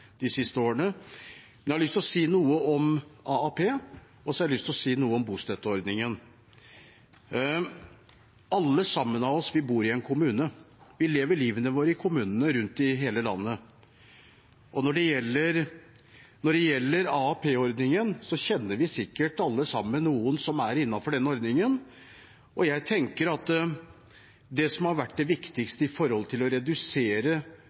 de siste årene, men jeg har lyst til å si noe om AAP, og så har jeg lyst til å si noe om bostøtteordningen. Vi bor alle sammen i en kommune. Vi lever livet vårt i kommunene rundt i hele landet, og når det gjelder AAP-ordningen, kjenner vi sikkert alle noen som er innenfor den ordningen. Jeg tenker at det som har vært det viktigste med å redusere